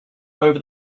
over